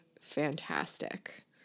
fantastic